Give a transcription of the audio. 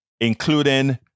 including